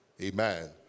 Amen